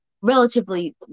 relatively